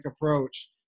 approach